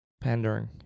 Pandering